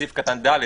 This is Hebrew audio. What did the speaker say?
סעיף קטן (ד),